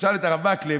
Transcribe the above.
תשאל את הרב מקלב,